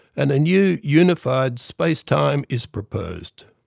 and a new unified space-time is proposed.